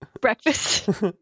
Breakfast